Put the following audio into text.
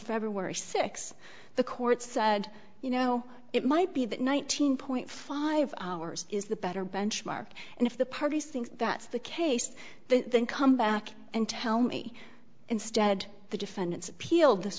february sixth the court said you know it might be that nineteen point five hours is the better benchmark and if the parties think that's the case then come back and tell me instead the defendants appealed this